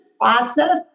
process